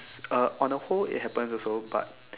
uh on a whole it happens also but